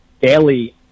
daily